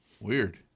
weird